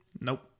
nope